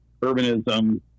urbanism